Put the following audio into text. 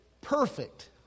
Perfect